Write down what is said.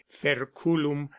ferculum